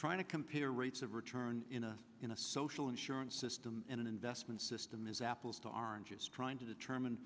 trying to compare rates of return in a social insurance system in an investment system is apples to oranges trying to determine